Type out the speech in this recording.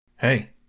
Hey